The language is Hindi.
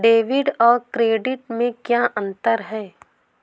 डेबिट और क्रेडिट में क्या अंतर है?